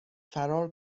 فرار